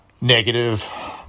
negative